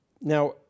Now